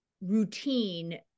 routine